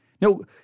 No